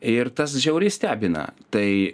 ir tas žiauriai stebina tai